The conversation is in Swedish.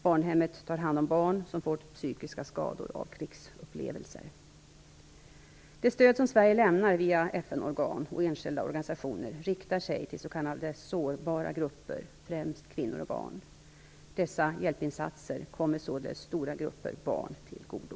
Barnhemmet tar hand om barn som fått psykiska skador av sina krigsupplevelser. Det stöd som Sverige lämnar via FN-organ och enskilda organisationer riktar sig till s.k. sårbara grupper, främst kvinnor och barn. Dessa hjälpinsatser kommer således stora grupper barn till godo.